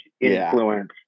influence